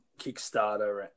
Kickstarter